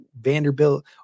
Vanderbilt